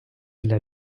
для